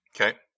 okay